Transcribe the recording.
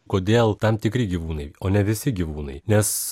kodėl tam tikri gyvūnai o ne visi gyvūnai nes